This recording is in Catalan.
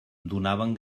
donaven